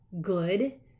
good